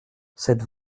cette